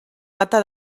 gata